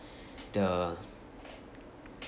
the